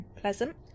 pleasant